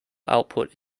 output